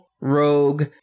Rogue